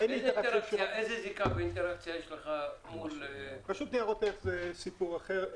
איזו זיקה ואינטראקציה יש לך מול --- רשות ניירות ערך זה סיפור אחר.